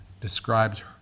describes